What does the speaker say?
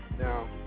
Now